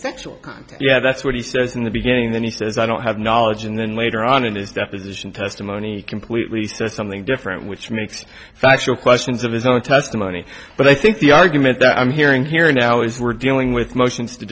contact yeah that's what he says in the beginning then he says i don't have knowledge and then later on in his deposition testimony completely says something different which makes factual questions of his own testimony but i think the argument that i'm hearing here now is we're dealing with motions to